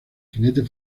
jinete